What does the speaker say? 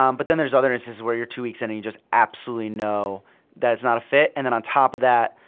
um but then there's other instances where you're two weeks in and you just absolutely know that it's not a fit. and then on top of that,